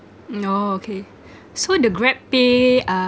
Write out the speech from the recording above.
mm oh okay so the grabpay uh